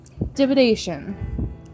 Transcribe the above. Dividation